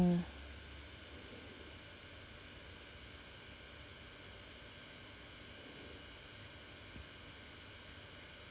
mm